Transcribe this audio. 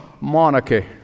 monarchy